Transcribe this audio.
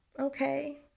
okay